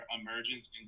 emergence